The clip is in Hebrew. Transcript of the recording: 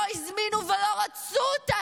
לא הזמינו ולא רצו אותה,